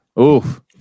oof